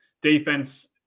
Defense